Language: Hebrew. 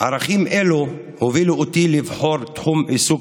ערכים אלו הובילו אותי לבחור תחום עיסוק